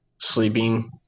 sleeping